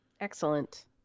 Excellent